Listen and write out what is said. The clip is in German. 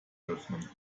öffnen